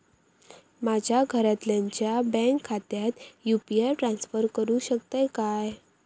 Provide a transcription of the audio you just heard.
माझ्या घरातल्याच्या बँक खात्यात यू.पी.आय ट्रान्स्फर करुक शकतय काय?